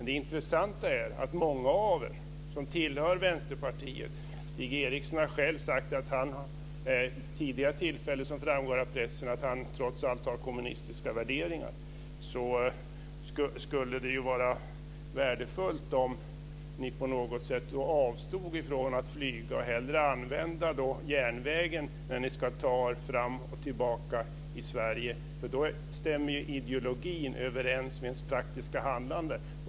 Det skulle vara värdefullt om många av er som tillhör Vänsterpartiet - Stig Eriksson har själv vid tidigare tillfällen, som framgår av pressen, sagt att han trots allt har kommunistiska värderingar - avstod från att flyga och hellre använde järnvägen när ni ska ta er fram och tillbaka i Sverige. Då skulle ideologin stämma överens med det praktiska handlandet.